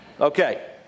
Okay